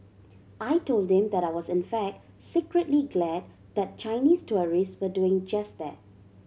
I told them that I was in fact secretly glad that Chinese tourists were doing just that